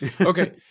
Okay